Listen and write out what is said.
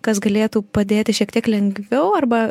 kas galėtų padėti šiek tiek lengviau arba